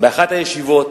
באחת הישיבות